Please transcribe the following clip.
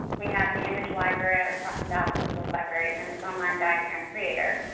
we have the image library i was talking about, the symbols library and this online diagram creator.